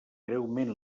greument